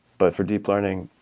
but for deep learning,